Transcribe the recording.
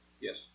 Yes